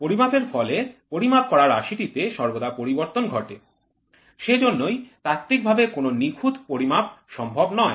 পরিমাপ এর ফলে পরিমাপ করা রাশিটিতে সর্বদা পরিবর্তন ঘটে সেজন্যই তাত্ত্বিকভাবে কোন নিখুঁত পরিমাপই সম্ভব নয়